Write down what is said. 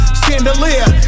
chandelier